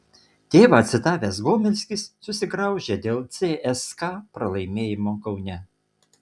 tėvą citavęs gomelskis susigraužė dėl cska pralaimėjimo kaune